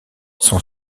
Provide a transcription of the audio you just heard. son